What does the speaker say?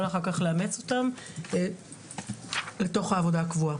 אחר כך לאמץ אותם לתוך העבודה הקבועה.